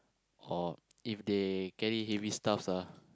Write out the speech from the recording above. or if they carry heavy stuffs